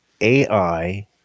AI